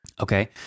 Okay